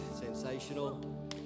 Sensational